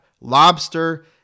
lobster